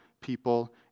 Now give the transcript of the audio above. people